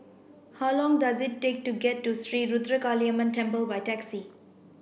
how long does it take to get to Sri Ruthra Kaliamman Temple by taxi